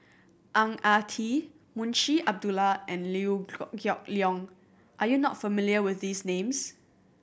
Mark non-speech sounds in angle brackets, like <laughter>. Ang Ah Tee Munshi Abdullah and Liew <unintelligible> Geok Leong are you not familiar with these names